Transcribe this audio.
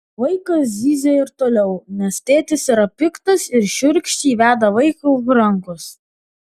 vaikas zyzia ir toliau nes tėtis yra piktas ir šiurkščiai veda vaiką už rankos